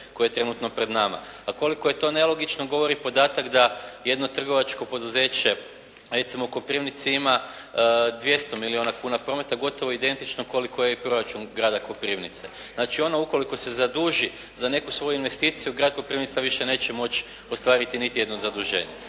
koji je trenutno pred nama. A koliko je to nelogično govori podatak da jedno trgovačko poduzeće recimo u Koprivnici ima 200 milijuna kuna prometa, gotovo identično koliko je i proračun grada Koprivnice. Znači ono ukoliko se zaduži za neku svoju investiciju grad Koprivnica više neće moći ostvariti niti jedno zaduženje.